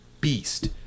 beast